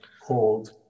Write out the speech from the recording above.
called